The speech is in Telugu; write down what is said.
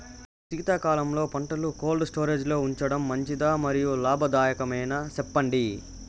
శీతాకాలంలో పంటలు కోల్డ్ స్టోరేజ్ లో ఉంచడం మంచిదా? మరియు లాభదాయకమేనా, సెప్పండి